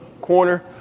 corner